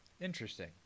Interesting